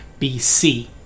bc